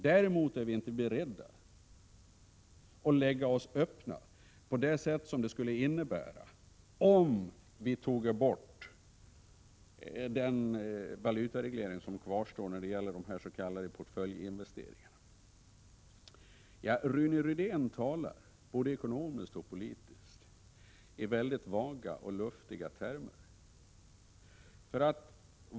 Däremot är vi inte beredda att lägga oss öppna på det sätt som det skulle innebära, om vi tog bort den valutareglering som kvarstår när det gäller de s.k. portföljinvesteringarna. Rune Rydén talar både ekonomiskt och politiskt i väldigt vaga och luftiga termer.